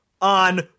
on